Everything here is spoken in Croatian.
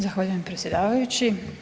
Zahvaljujem predsjedavajući.